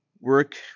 work